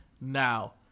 now